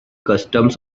customs